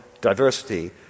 diversity